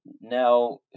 Now